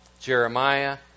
Jeremiah